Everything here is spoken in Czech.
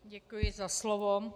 Děkuji za slovo.